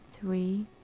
three